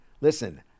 Listen